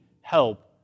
help